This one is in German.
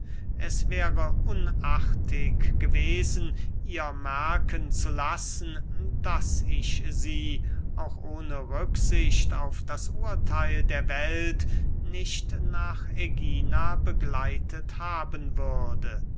es wäre unartig gewesen ihr merken zu lassen daß ich sie auch ohne rücksicht auf das urtheil der welt nicht nach ägina begleitet haben würde